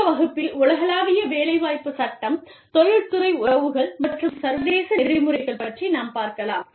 அடுத்த வகுப்பில் உலகளாவிய வேலைவாய்ப்பு சட்டம் தொழில்துறை உறவுகள் மற்றும் சர்வதேச நெறிமுறைகள் பற்றி நாம் பார்க்கலாம்